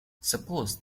suppose